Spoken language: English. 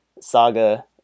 saga